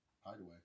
hideaway